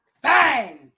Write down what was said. Bang